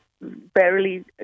barely